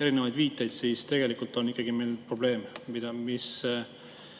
erinevaid viiteid, siis tegelikult on ikkagi probleem, mida